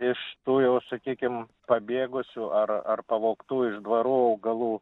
iš tų jau sakykim pabėgusių ar ar pavogtų iš dvarų augalų